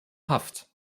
haft